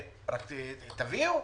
רק תביאו.